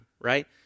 right